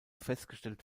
festgestellt